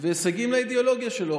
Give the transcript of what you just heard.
והישגים לאידיאולוגיה שלו.